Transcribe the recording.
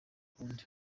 ukundi